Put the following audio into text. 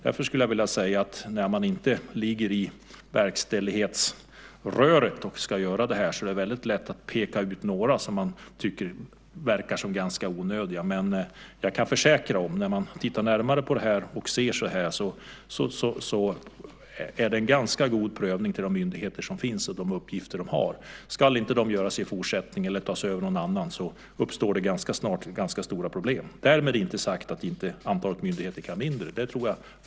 Jag skulle därför vilja säga att när man inte ligger i verkställighetsröret för att faktiskt göra detta är det lätt att peka ut några myndigheter som man tycker verkar ganska onödiga. Jag kan dock försäkra att när man tittar närmare är det fråga om en ganska god prövning av de myndigheter som finns och de uppgifter som de har. Om inte de uppgifterna i fortsättningen ska göras eller tas över av någon annan uppstår ganska snart ganska stora problem. Därmed inte sagt att inte antalet myndigheter kan bli mindre.